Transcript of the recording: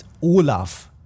Olaf